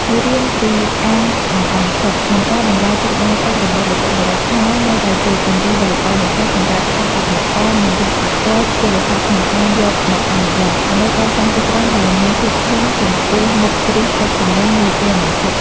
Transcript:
មេរៀនពី អាងបង្អង់ទឹក និងការបង្វែរទិសដៅទឹក របស់បុព្វបុរសខ្មែរ នៅតែជាគំរូដ៏ល្អបំផុតសម្រាប់ស្ថាបត្យករ និងវិស្វករជលសាស្ត្រក្នុងការយកមកអនុវត្ត ដើម្បីកសាងទីក្រុងដែលមានភាពធន់ចំពោះមុខគ្រោះទឹកជំនន់នាពេលអនាគត។